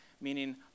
meaning